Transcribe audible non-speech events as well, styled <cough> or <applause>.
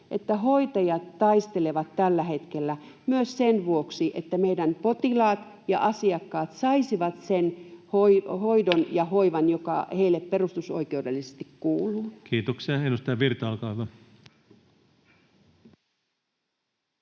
että hoitajat taistelevat tällä hetkellä myös sen vuoksi, että meidän potilaat ja asiakkaat saisivat sen hoidon ja hoivan, <noise> jotka heille perustusoikeudellisesti kuuluvat. Kiitoksia. — Edustaja Virta, olkaa hyvä.